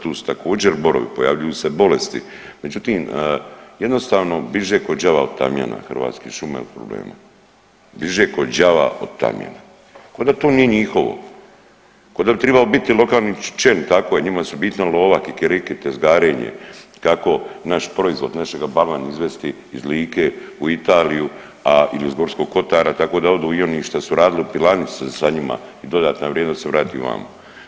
Tu se također borovi, pojavljuju se bolesti, međutim jednostavno biže ko đava od tamjana Hrvatske šume od problema, biže ko đava od tamjana, koda to nije njihovo, koda bi tribao biti lokalni čelnik, tako je njima su bitna lova, kikiriki, tezgarenje, kako naš proizvod našega balvana izvesti iz Like u Italiju ili iz Gorskog Kotara tako da odu i oni šta su radili u pilani sa njima i dodatna vrijednost se vrati vamo.